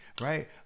Right